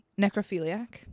necrophiliac